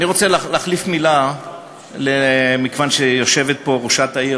אני רוצה להחליף מילה, מכיוון שיושבת פה ראשת העיר